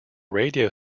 radio